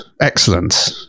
Excellent